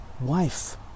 wife